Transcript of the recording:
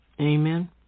Amen